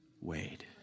Wade